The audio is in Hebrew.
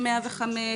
עם 105,